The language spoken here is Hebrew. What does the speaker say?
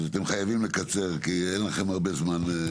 אז אתם חייבים לקצר כי אין לכם הרבה זמן.